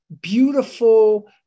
beautiful